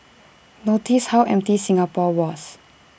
notice how empty Singapore was